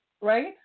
right